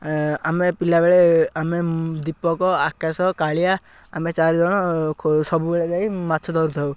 ଆମେ ପିଲାବେଳେ ଆମେ ଦୀପକ ଆକାଶ କାଳିଆ ଆମେ ଚାରି ଜଣ ସବୁବେଳେ ଯାଇ ମାଛ ଧରୁଥାଉ